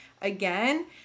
again